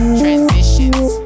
transitions